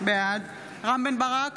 בעד רם בן ברק,